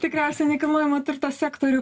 tikriausiai nekilnojamo turto sektorių